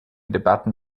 debatten